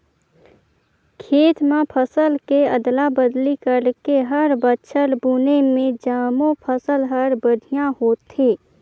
खेत म फसल के अदला बदली करके हर बछर बुने में जमो फसल हर बड़िहा होथे